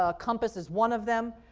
ah compass is one of them,